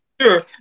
sure